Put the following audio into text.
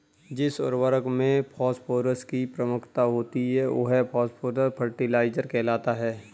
जिस उर्वरक में फॉस्फोरस की प्रमुखता होती है, वह फॉस्फेट फर्टिलाइजर कहलाता है